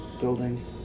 building